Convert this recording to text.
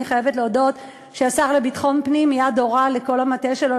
אני חייבת להודות שהשר לביטחון הפנים מייד הורה לכל המטה שלו,